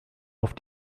auf